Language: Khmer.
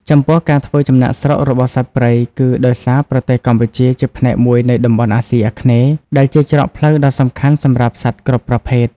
ចំពោះ ការធ្វើចំណាកស្រុករបស់សត្វព្រៃ គឺដោយសារប្រទេសកម្ពុជាជាផ្នែកមួយនៃតំបន់អាស៊ីអាគ្នេយ៍ ដែលជាច្រកផ្លូវដ៏សំខាន់សម្រាប់សត្វគ្រប់ប្រភេទ។